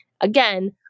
Again